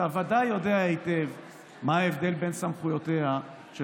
אתה ודאי יודע היטב מה ההבדל בין סמכויותיה של